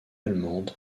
allemande